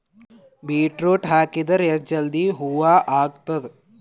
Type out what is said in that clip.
Beetroot ಹಾಕಿದರ ಎಷ್ಟ ಜಲ್ದಿ ಹೂವ ಆಗತದ?